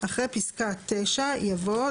אחרי פסקה (9) יבוא: